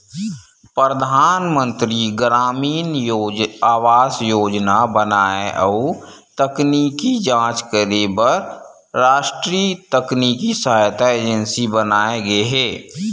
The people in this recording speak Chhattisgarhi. परधानमंतरी गरामीन आवास योजना बनाए अउ तकनीकी जांच करे बर रास्टीय तकनीकी सहायता एजेंसी बनाये गे हे